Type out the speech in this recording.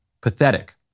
pathetic